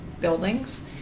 buildings